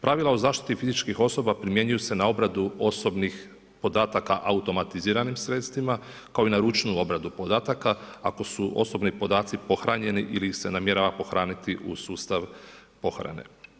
Pravila o zaštiti fizičkih osoba primjenjuju se na obradu osobnih podataka automatiziranim sredstvima kao i na ručnu obradu podataka ako su osobni podaci pohranjeni ili ih se namjerava pohraniti u sustav pohrane.